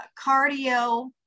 cardio